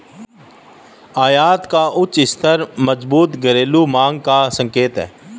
आयात का उच्च स्तर मजबूत घरेलू मांग का संकेत है